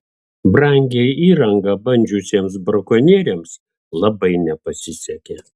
brangią įrangą bandžiusiems brakonieriams labai nepasisekė